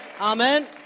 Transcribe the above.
Amen